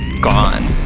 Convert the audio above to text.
gone